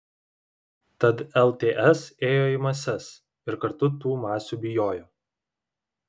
tad lts ėjo į mases ir kartu tų masių bijojo